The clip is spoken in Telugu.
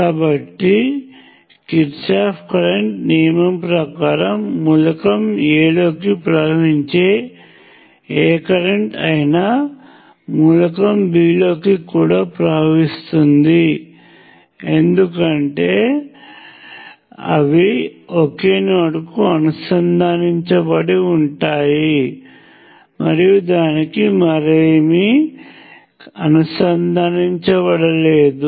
కాబట్టి కిర్చాఫ్ కరెంట్ నియమం ప్రకారం మూలకం A లో ప్రవహించే ఏ కరెంట్ అయినా మూలకం B లో కూడా ప్రవహిస్తుంది ఎందుకంటే అవి ఒకే నోడ్కు అనుసంధానించబడి ఉంటాయి మరియు దానికి మరేమీ అనుసంధానించబడలేదు